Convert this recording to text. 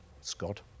Scott